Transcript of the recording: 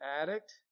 addict